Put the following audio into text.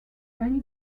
only